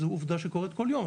זו עובדה שקורית כל יום,